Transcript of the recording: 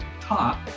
Top